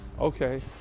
okay